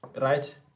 right